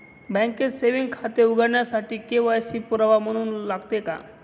बँकेत सेविंग खाते उघडण्यासाठी के.वाय.सी पुरावा म्हणून लागते का?